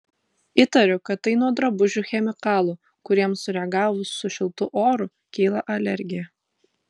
įtariu kad tai nuo drabužių chemikalų kuriems sureagavus su šiltu oru kyla alergija